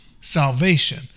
Salvation